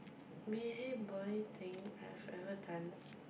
busybody thing I've ever done